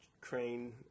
Crane